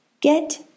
Get